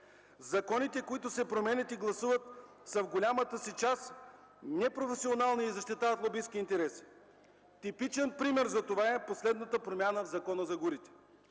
Законите, които се променят и гласуват, са в голямата си част непрофесионални и защитават лобистки интереси. Типичен пример за това е последната промяна в Закона за горите.